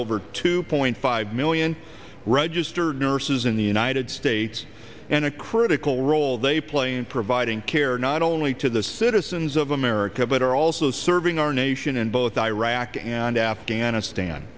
over two point five million registered nurses in the united states and a critical role they play in providing care not only to the citizens of america but are also serving our nation in both iraq and afghanistan